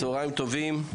צוהריים טובים,